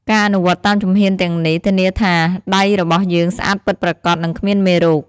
ការអនុវត្តតាមជំហានទាំងនេះ ធានាថាដៃរបស់យើងស្អាតពិតប្រាកដ និងគ្មានមេរោគ។